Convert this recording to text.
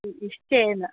नि निश्चयेन